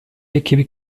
ekibi